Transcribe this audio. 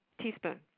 teaspoon